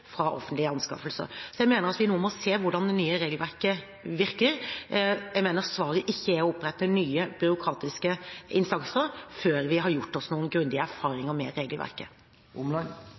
fra offentlige anskaffelser. Jeg mener vi nå må se hvordan det nye regelverket virker. Jeg mener svaret ikke er å opprette nye byråkratiske instanser før vi har gjort oss noen grundige erfaringer med regelverket.